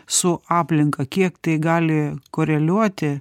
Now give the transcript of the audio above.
su aplinka kiek tai gali koreliuoti